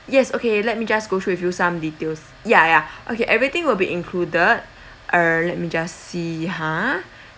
yes okay let me just go through with you some details ya ya okay everything will be included uh let me just see ha